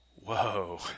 whoa